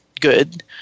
good